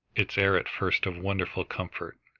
its air at first of wonderful comfort,